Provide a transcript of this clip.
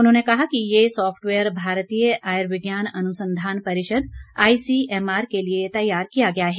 उन्होंने कहा कि यह सॉफ्टवेयर भारतीय आयुर्विज्ञान अनुसंधान परिषद आईसीएम आर के लिए तैयार किया गया है